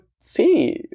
see